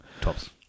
Tops